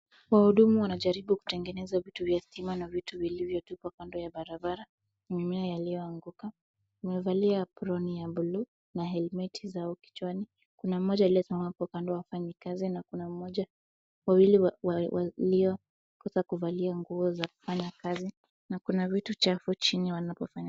Wahudumu wanajaribu kutengeneza vitu vya stima na vitu vilivyotupa pando ya barabara. Mimea yaliyoanguka. Wamevaa aproni ya blue na helmeti za kichwani. Kuna mmoja aliyesimama hapo kando hafanyi kazi na kuna mmoja, wawili waliokosa kuvalia nguo za kufanya kazi na kuna vitu chafu chini wanapofanya.